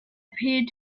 appeared